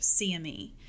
CME